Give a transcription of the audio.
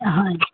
হয়